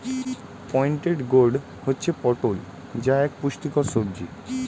pointed gourd হচ্ছে পটল যা এক পুষ্টিকর সবজি